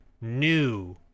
New